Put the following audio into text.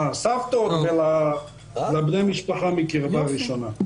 סבתות ובני משפחה מקרבה ראשונה.